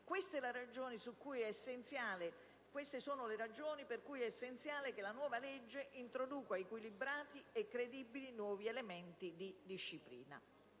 Queste sono le ragioni per cui è essenziale che la nuova legge introduca equilibrati e credibili nuovi elementi di disciplina.